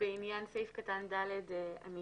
בעניין סעיף קטן (ד) אני